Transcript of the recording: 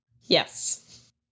Yes